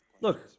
Look